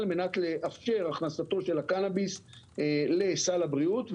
על מנת לאפשר הכנסתו של הקנביס לסל הבריאות.